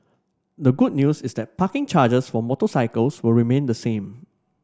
the good news is that parking charges for motorcycles will remain the same